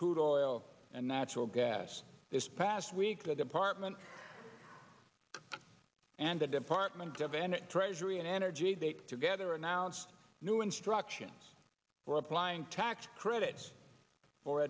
toil and natural gas this past week the department and the department of energy treasury and energy they together announced new instructions for applying tax credits for